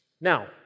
Now